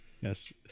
Yes